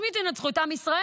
את מי תנצחו, את עם ישראל?